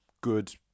good